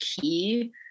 key